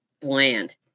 bland